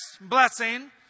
blessing